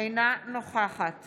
אינה נוכחת